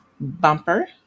Bumper